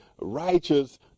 righteous